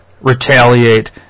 retaliate